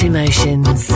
Emotions